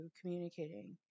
communicating